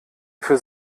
für